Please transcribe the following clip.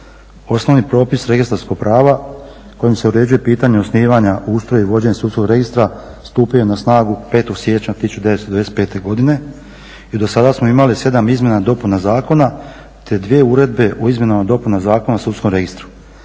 Osnovni popis registarskog prava kojim se uređuje pitanje osnivanja, ustroj i vođenje sudskog registra stupio je na snagu 5. siječnja 1995. godine i do sada smo imali 7 izmjena i dopuna zakona te dvije Uredbe o Izmjenama i dopunama Zakona o sudskom registru.